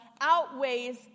outweighs